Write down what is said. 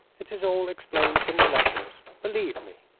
it is all explained in the letters, believe me.